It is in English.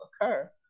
occur